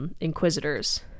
Inquisitors